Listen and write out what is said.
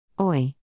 Oi